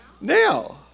Now